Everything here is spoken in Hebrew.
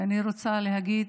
ואני רוצה להגיד